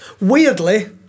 Weirdly